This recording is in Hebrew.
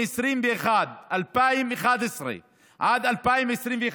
מ-2011 עד 2021,